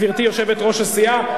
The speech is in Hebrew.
גברתי יושבת-ראש הסיעה,